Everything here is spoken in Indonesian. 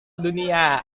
dunia